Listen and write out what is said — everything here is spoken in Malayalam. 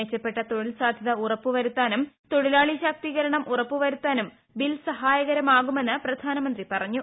മെച്ചപ്പെട്ട തൊഴിൽ സാധ്യത ഉറപ്പു വരുത്താനും തൊഴിലാളി ശാക്തീകരണം ഉറപ്പു വരുത്താനും ബിൽ സഹായകരമാകുമെന്ന് പ്രധാനമന്ത്രി പറഞ്ഞു